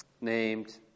named